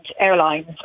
airlines